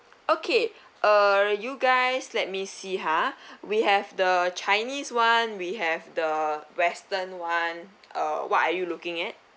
okay uh you guys let me see ha we have the chinese one we have the western one uh what are you looking at